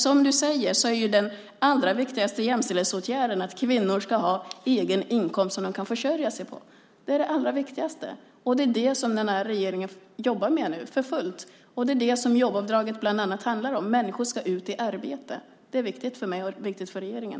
Som du säger är ju den allra viktigaste jämställdhetsåtgärden att kvinnor ska ha en egen inkomst som de kan försörja sig på. Det är det allra viktigaste. Det är det som den här regeringen nu jobbar för fullt med, och det är bland annat det som jobbavdraget handlar om. Människor ska ut i arbete. Det är viktigt för mig och viktigt för regeringen.